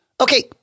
Okay